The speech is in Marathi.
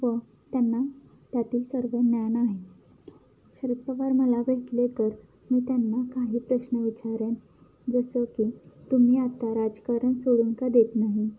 व त्यांना त्यातील सर्व ज्ञान आहे शरद पवार मला भेटले तर मी त्यांना काही प्रश्न विचारेन जसं की तुम्ही आत्ता राजकारण सोडून का देत नाही